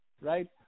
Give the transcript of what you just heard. right